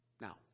Now